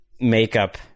makeup